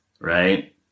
right